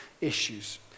issues